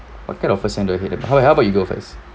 what kind of person do I hate about how how about you go first